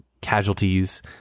casualties